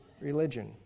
religion